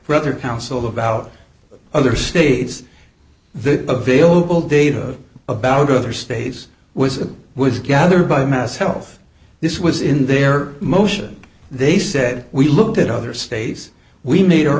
brother council about other states the available data about other states was it was gathered by mass health this was in their motion they said we looked at other states we made our